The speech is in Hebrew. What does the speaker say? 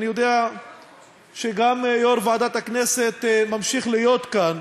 ואני יודע שגם יו"ר ועדת הכנסת ממשיך להיות כאן,